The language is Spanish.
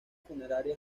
funeraria